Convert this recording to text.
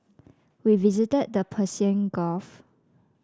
we visited the Persian Gulf